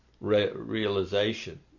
realization